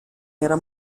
era